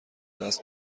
دست